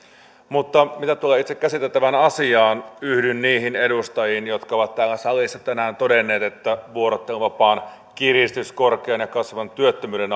mitä tulee itse käsiteltävään asiaan yhdyn niihin edustajiin jotka ovat täällä salissa tänään todenneet että vuorotteluvapaan kiristys korkean ja kasvavan työttömyyden